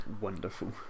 Wonderful